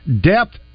depth